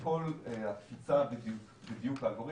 אז גם את הקודמת לא ראיתם בזום?